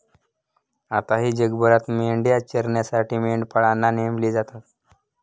आताही जगभरात मेंढ्या चरण्यासाठी मेंढपाळांना नेमले जातात